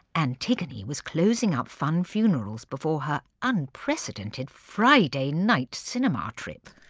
antigone was closing up funn funerals before her unprecedented friday night cinema trip.